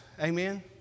Amen